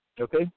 okay